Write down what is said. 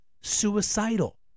suicidal